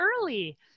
early